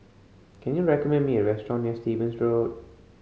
can you recommend me a restaurant near Stevens Road